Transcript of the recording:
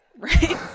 Right